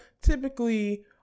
typically